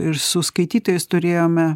ir su skaitytojais turėjome